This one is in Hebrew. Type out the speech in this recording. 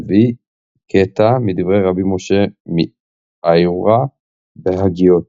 מביא קטע מדברי רבי משה מאיוורא בהגהותיו,